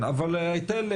אחר.